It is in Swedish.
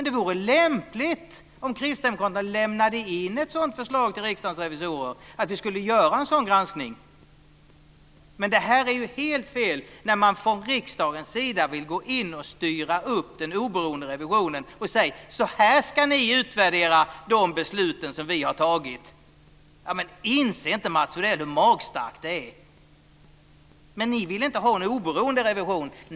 Det vore lämpligt om kristdemokraterna lämnade in ett förslag till Riksdagens revisorer om att vi skulle göra en sådan granskning. Men det är helt fel att från riksdagens sida gå in och styra den oberoende revisionen och ange hur de beslut som riksdagen har fattat ska utvärderas. Inser inte Mats Odell hur magstarkt det är? Ni vill inte ha en oberoende revision.